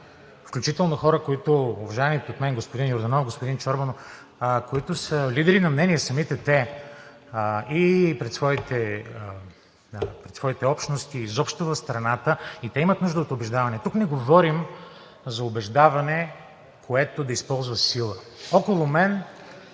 включително хора като уважаемите от мен господин Йорданов, господин Чорбанов, които са лидери на мнение, самите те и пред своите общности, и изобщо в страната, и те имат нужда от убеждаване. Тук не говорим за убеждаване, което да използва сила. Около мен